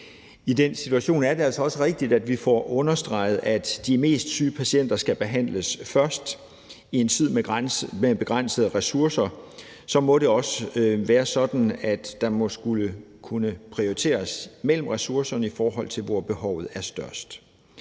I den situation er det altså også rigtigt, at vi får understreget, at de mest syge patienter skal behandles først. I en tid med begrænsede ressourcer må det også være sådan, at der må kunne prioriteres mellem ressourcerne, i forhold til hvor behovet er størst.